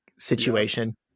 situation